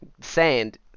sand